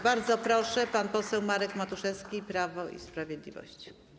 Bardzo proszę, pan poseł Marek Matuszewski, Prawo i Sprawiedliwość.